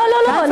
לא, לא, לא.